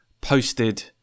posted